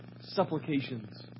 supplications